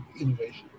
innovation